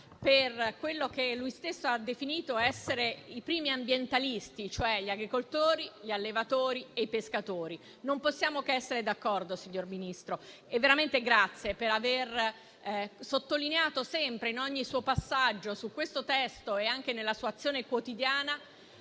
per quelli che lui stesso ha definito essere i primi ambientalisti, cioè gli agricoltori, gli allevatori e i pescatori. Non possiamo che essere d'accordo, signor Ministro, e veramente grazie per aver sottolineato sempre, in ogni suo passaggio su questo testo e anche nella sua azione quotidiana,